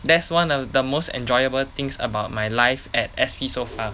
that's one of the most enjoyable things about my life at S_P so far